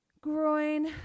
groin